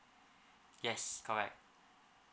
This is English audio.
yes correct